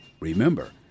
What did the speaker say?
Remember